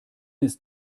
ist